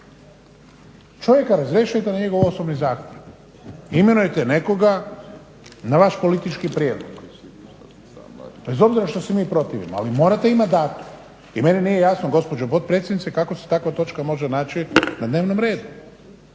Čovjeka razrješujete na njegov osobni zahtjev. Imenujete nekoga na vaš politički prijedlog. Bez obzira što se mi protivimo ali morate imati datum. I meni nije jasno gospođo potpredsjednice kako se takva točka može naći na dnevnom redu.